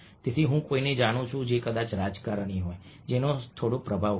તેથી હું કોઈને જાણું છું જે કદાચ રાજકારણી હોય જેનો થોડો પ્રભાવ હોય